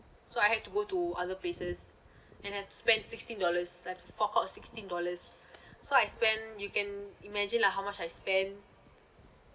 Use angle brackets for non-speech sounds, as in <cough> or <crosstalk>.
so I had to go to other places <breath> and I spent sixteen dollars I forked out sixteen dollars so I spend you can imagine lah how much I spend